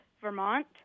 Vermont